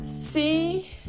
see